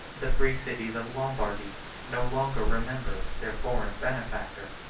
the free cities of lombardy no longer remembered their foreign benefactor,